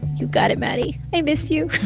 you got it, maddie. i miss you